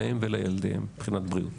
להם ולילדיהן מבחינת בריאות.